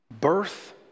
Birth